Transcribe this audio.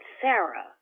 Sarah